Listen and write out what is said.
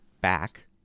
back